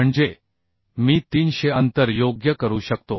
म्हणजे मी 300 अंतर योग्य करू शकतो